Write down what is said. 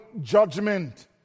judgment